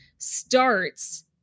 starts